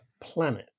planet